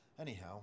Anyhow